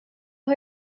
har